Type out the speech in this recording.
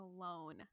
alone